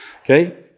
Okay